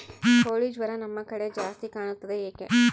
ಕೋಳಿ ಜ್ವರ ನಮ್ಮ ಕಡೆ ಜಾಸ್ತಿ ಕಾಣುತ್ತದೆ ಏಕೆ?